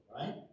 right